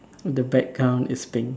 the background is pink